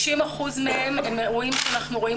90 אחוזים מהם הם אירועים שאנחנו רואים